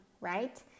right